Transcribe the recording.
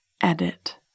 edit